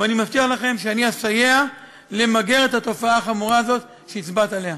ואני מבטיח לכם שאני אסייע למיגור התופעה החמורה הזאת שהצבעת עליה.